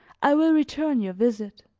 i will return your visit.